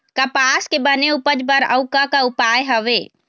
कपास के बने उपज बर अउ का का उपाय हवे?